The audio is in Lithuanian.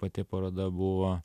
pati paroda buvo